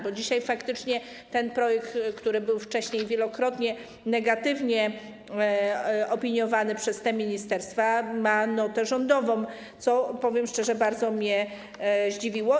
Bo dzisiaj projekt, który był wcześniej wielokrotnie negatywnie opiniowany przez te ministerstwa, ma notę rządową, co - powiem szczerze - bardzo mnie zdziwiło.